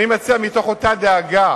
אני מציע, מתוך אותה דאגה